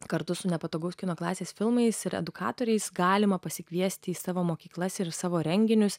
kartu su nepatogaus kino klasės filmais ir edukatoriais galima pasikviesti į savo mokyklas ir savo renginius